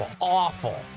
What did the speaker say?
Awful